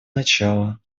начала